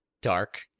dark